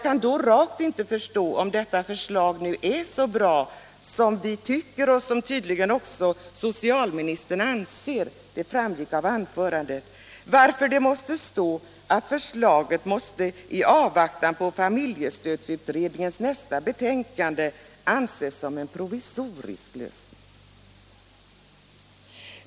Vi tycker således att det här förslaget är bra, och det gör tydligen också socialministern — det framgick av hans anförande. Men då ställer man sig frågande till varför det måste stå att förslaget i avvaktan på familjestödsutredningens nästa betänkande skall anses som en provisorisk lösning.